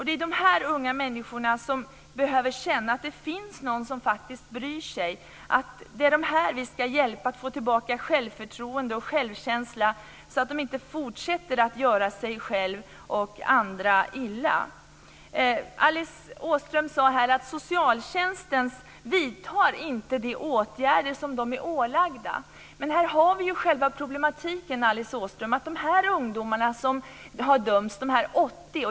Det är de här unga människorna som behöver känna att det finns någon som faktiskt bryr sig. Det är dem vi ska hjälpa att få tillbaka självförtroende och självkänsla så att de inte fortsätter att göra sig själva och andra illa. Alice Åström sade här att socialtjänsten inte vidtar de åtgärder som man är ålagd. Men här har vi ju själva problematiken, Alice Åström.